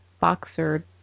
boxer